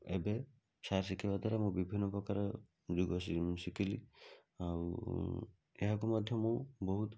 ଏବେ ସାର୍ ଶିଖାଇବା ଦ୍ୱାରା ମୁଁ ବିଭିନ୍ନ ପ୍ରକାର ଯୋଗ ଶିଖିଲି ଆଉ ଏହାକୁ ମଧ୍ୟ ମୁଁ ବହୁତ